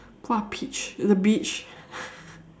what peach the beach